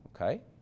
okay